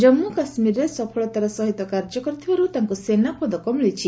ଜାମ୍ମ କାଶ୍ମୀରରେ ସଫଳତାର ସହିତ କାର୍ଯ୍ୟକରିଥିବାରୁ ତାଙ୍କୁ ସେନା ପଦକ ମିଳିଛି